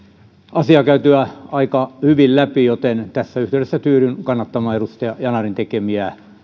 asia käytyä aika hyvin läpi joten tässä yhteydessä tyydyn kannattamaan edustaja yanarin